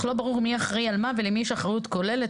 אך לא ברור מי אחראי על מה ולמי יש אחריות כוללת,